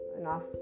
enough